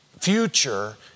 future